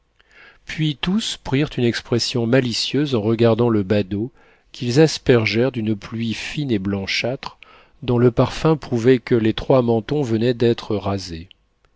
puis tous prirent une expression malicieuse en regardant le badaud qu'ils aspergèrent d'une pluie fine et blanchâtre dont le parfum prouvait que les trois mentons venaient d'être rasés